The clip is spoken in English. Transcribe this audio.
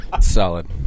Solid